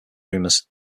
rumors